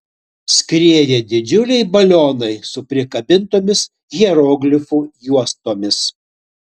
skrieja didžiuliai balionai su prikabintomis hieroglifų juostomis